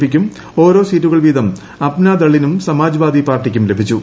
പിയ്ക്കും ഓരോ സീറ്റുകൾ വീതം അപ്നാദള്ളിനും സമാജ്വാദി പാർട്ടിക്കും ലഭിച്ചു